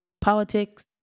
politics